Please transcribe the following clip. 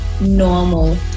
normal